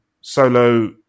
Solo